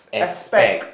aspect